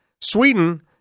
Sweden